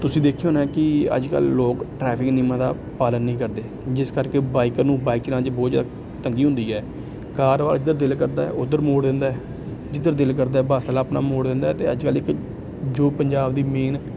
ਤੁਸੀਂ ਦੇਖਿਆ ਹੋਣਾ ਕਿ ਅੱਜ ਕੱਲ੍ਹ ਲੋਕ ਟਰੈਫਿਕ ਨਿਯਮਾਂ ਦਾ ਪਾਲਣ ਨਹੀਂ ਕਰਦੇ ਜਿਸ ਕਰਕੇ ਬਾਈਕਰ ਨੂੰ ਬਾਈਕ ਚਲਾਉਣ 'ਚ ਬਹੁਤ ਜ਼ਿਆਦਾ ਤੰਗੀ ਹੁੰਦੀ ਹੈ ਕਾਰ ਵਾ ਜਿਹਦਾ ਦਿਲ ਕਰਦਾ ਉੱਧਰ ਮੋੜ ਦਿੰਦਾ ਜਿੱਧਰ ਦਿਲ ਕਰਦਾ ਬਸ ਵਾਲਾ ਆਪਣਾ ਮੋੜ ਦਿੰਦਾ ਅਤੇ ਅੱਜ ਕੱਲ੍ਹ ਇੱਕ ਜੋ ਪੰਜਾਬ ਦੀ ਮੇਨ